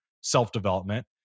self-development